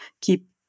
keep